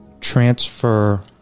transfer